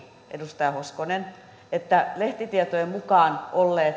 edustaja hoskonen että lehtitietojen mukaan